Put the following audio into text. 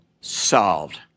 solved